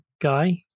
guy